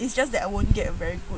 its just that I won't get a very good